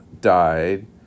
died